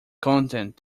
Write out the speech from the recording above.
content